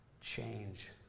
change